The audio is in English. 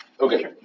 Okay